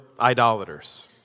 idolaters